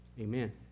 Amen